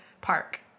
park